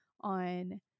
on